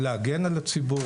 או להגן על הציבור,